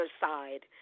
side